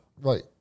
Right